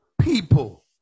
people